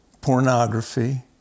pornography